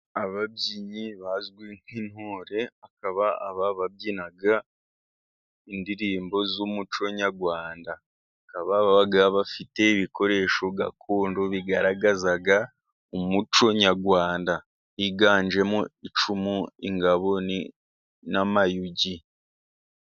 Ababyinnyi bazwi nk'intore, bakaba babyina indirimbo z'umuco nyarwanda, bakaba baba bafite ibikoresho gakondo, bigaragaza umuco nyarwanda higanjemo icumu, ingabo n'amayugi.